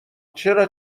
چرا